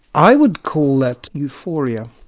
i would call that euphoria.